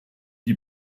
die